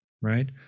right